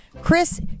Chris